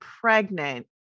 pregnant